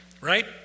right